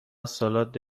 سالاد